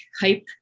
hype